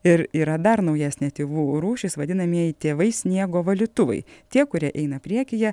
ir yra dar naujesnė tėvų rūšis vadinamieji tėvai sniego valytuvai tie kurie eina priekyje